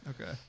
Okay